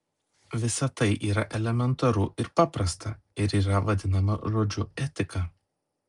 visa tai yra elementaru ir paprasta ir yra vadinama žodžiu etika